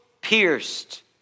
pierced